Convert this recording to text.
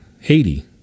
Haiti